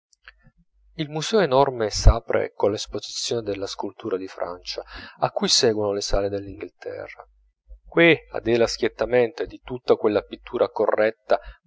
il museo enorme s'apre colla esposizione della scultura di francia a cui seguono le sale dell'inghilterra qui a dirla schiettamente di tutta quella pittura corretta